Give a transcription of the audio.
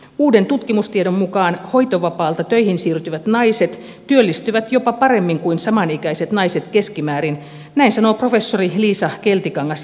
uuden tutkimustiedon mukaan hoitovapaalta töihin siirtyvät naiset työllistyvät jopa paremmin kuin samanikäiset naiset keskimäärin näin sanoo professori liisa keltikangas järvinen